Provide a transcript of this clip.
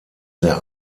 sehr